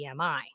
BMI